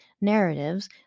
narratives